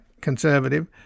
conservative